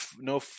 no